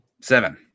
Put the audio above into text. Seven